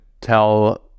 tell